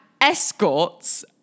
escorts